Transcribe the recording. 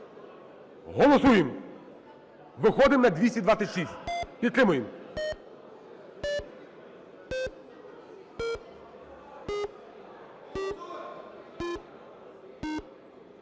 Голосуємо. Виходимо на 226. Підтримуємо.